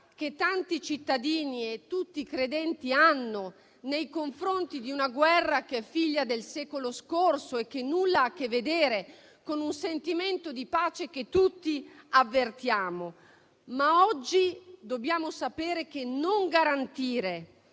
che tanti cittadini e tutti i credenti hanno, nei confronti di una guerra che è figlia del secolo scorso e che nulla ha a che vedere con un sentimento di pace che tutti avvertiamo. Oggi, però, dobbiamo sapere che non garantire